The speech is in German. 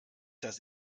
das